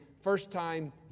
first-time